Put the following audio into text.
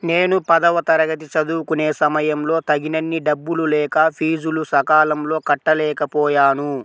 నేను పదవ తరగతి చదువుకునే సమయంలో తగినన్ని డబ్బులు లేక ఫీజులు సకాలంలో కట్టలేకపోయాను